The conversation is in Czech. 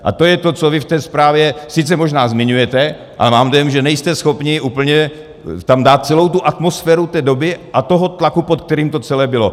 A to je to, co vy v té zprávě sice možná zmiňujete, ale mám dojem, že nejste schopni úplně tam dát celou atmosféru té doby a tlaku, pod kterým to celé bylo.